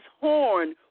horn